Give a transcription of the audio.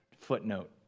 footnote